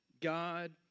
God